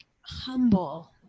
humble